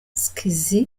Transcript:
skizzy